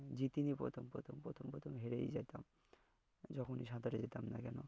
জিতিনি প্রথম প্রথম প্রথম প্রথম হেরেই যেতাম যখনই সাঁতারে যেতাম না কেন